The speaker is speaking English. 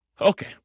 Okay